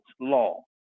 law